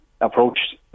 approached